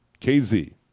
KZ